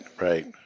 right